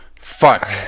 Fuck